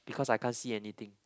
because I can't see anything